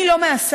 אני לא מהססת,